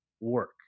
work